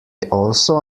also